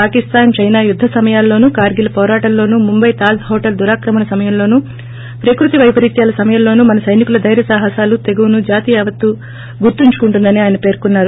Pakistan China యుద్గ సమయాలలోను కార్గెల్ పోరాటంలోను ముంబై తాజ్ పోటల్ దురాక్రమణ సమయంలోను ప్రకృతి వైపరిత్యాల సమయంలోను మన సైనికుల ధైర్య సాహసాలు తెగువకు జాతి యావత్తు గుర్తించుకుంటుందని ఆయన పేర్కొన్నారు